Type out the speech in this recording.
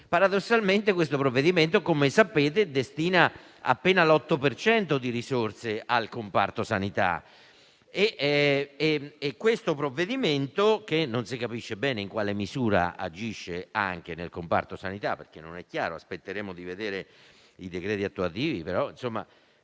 Governo - che questo provvedimento, come sapete, destina appena l'8 per cento di risorse al comparto sanità. Questo provvedimento, che non si capisce bene in quale misura agisca anche nel comparto sanità (non è chiaro e aspetteremo di vedere i decreti attuativi), semmai